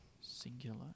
Singular